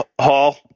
hall